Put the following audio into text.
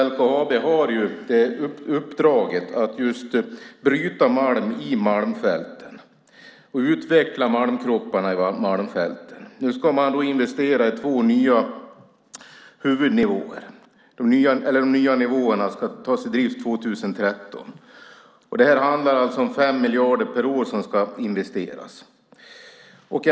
LKAB har uppdraget att bryta malm i Malmfälten och utveckla malmkropparna i Malmfälten. Nu ska man investera i två nya huvudnivåer, och de nya nivåerna ska tas i drift år 2013. Det är 5 miljarder per år som ska investeras.